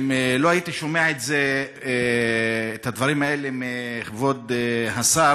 אם לא הייתי שומע את הדברים האלה מכבוד השר,